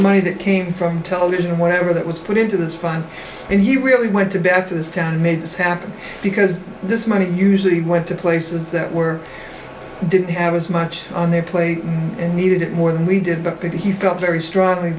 money that came from television whatever that was put into this fund and he really went to bat for this town made this happen because this money usually went to places that were didn't have as much on their plate and needed it more than we did but he felt very strongly